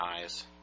eyes